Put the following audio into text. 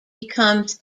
becomes